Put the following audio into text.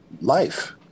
Life